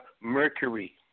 mercury